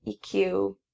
EQ